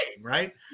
right